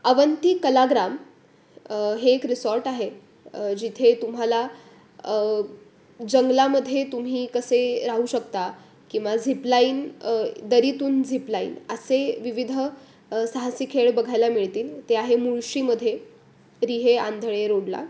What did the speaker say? अवंती कलाग्राम हे एक रिसॉर्ट आहेजिथे तुम्हाला जंगलामध्ये तुम्ही कसे राहू शकता किंवा झिपलाईन दरीतून झिपलाईन असे विविध साहसी खेळ बघायला मिळतील ते आहे मुळशीमधे रिहे आंधळे रोडला